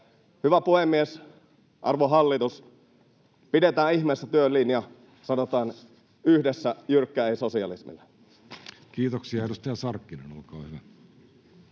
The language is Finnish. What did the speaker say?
Hyvä puhemies! Arvon hallitus, pidetään ihmeessä työn linja, sanotaan yhdessä jyrkkä ”ei” sosialismille. [Jani Mäkelä: Se oli hyvin